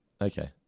Okay